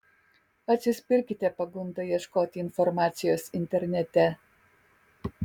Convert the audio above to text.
atsispirkite pagundai ieškoti informacijos internete